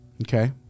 Okay